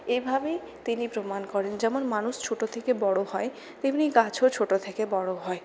এভাবেই তিনি প্রমাণ করেন যেমন মানুষ ছোট থেকে বড় হয় তেমনি গাছও ছোট থেকে বড় হয়